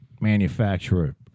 manufacturer